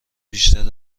بیشتر